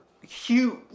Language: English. huge